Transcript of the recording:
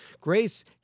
Grace